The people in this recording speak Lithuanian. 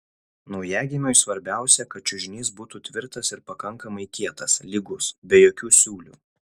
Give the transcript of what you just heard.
naujagimiui svarbiausia kad čiužinys būtų tvirtas ir pakankamai kietas lygus be jokių siūlių